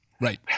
Right